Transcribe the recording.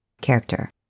Character